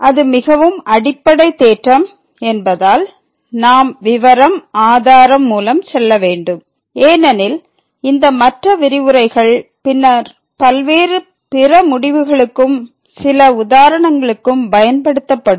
அது மிகவும் அடிப்படை தேற்றம் என்பதால் நாம் விவரம் ஆதாரம் மூலம் செல்ல வேண்டும் ஏனெனில் இந்த மற்ற விரிவுரைகள் பின்னர் பல்வேறு பிற முடிவுகளுக்கும் சில உதாரணங்களுக்கும் பயன்படுத்தப்படும்